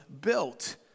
built